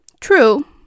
True